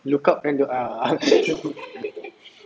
look up then they ah